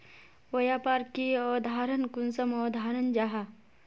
व्यापार की अवधारण कुंसम अवधारण जाहा?